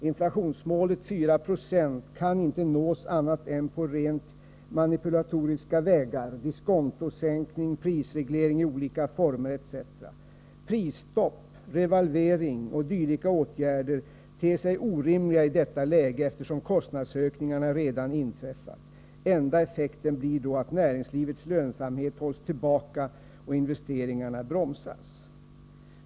Inflationsmålet 4 96 kan inte nås annat än på rent manipulatoriska vägar . Prisstopp, revalvering och dylika åtgärder ter sig orimliga i detta läge eftersom kostnadsökningarna redan har inträffat. Enda effekten blir då att näringslivets lönsamhet hålls tillbaka och investeringarna bromsas.